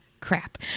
crap